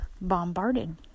bombarded